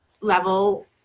level